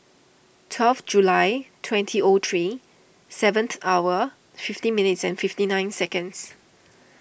twelve July twenty O three seven hour fifty minutes and fifty nine seconds